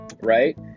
right